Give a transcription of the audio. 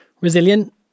resilient